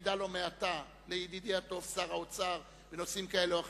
במידה לא מעטה לידידי הטוב שר האוצר בנושאים כאלה או אחרים.